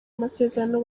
amasezerano